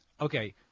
Okay